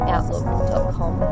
Outlook.com